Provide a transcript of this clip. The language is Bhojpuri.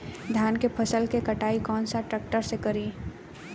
धान के फसल के कटाई कौन सा ट्रैक्टर से करी?